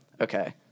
Okay